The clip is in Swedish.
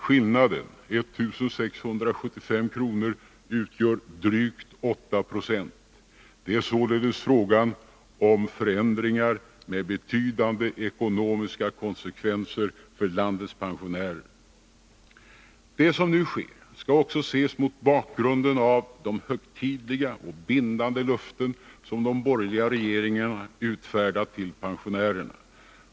Skillnaden, 1675 kr., utgör drygt 827. Det är således fråga om förändringar med betydande ekonomiska konsekvenser för landets pensionärer. Det som nu sker skall också ses mot bakgrund av de högtidliga och bindande löften som de borgerliga regeringarna utfärdat till pensionärerna.